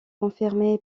confirmée